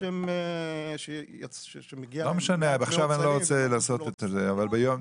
סביון,